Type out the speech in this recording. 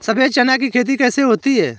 सफेद चना की खेती कैसे होती है?